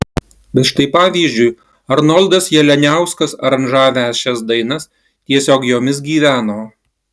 bet štai pavyzdžiui arnoldas jalianiauskas aranžavęs šias dainas tiesiog jomis gyveno